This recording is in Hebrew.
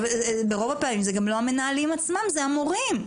ברוב הפעמים זה גם לא המנהלים עצמם, זה המורים.